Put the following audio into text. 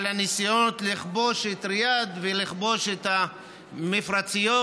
על הניסיונות לכבוש את ריאד ולכבוש את המפרציות.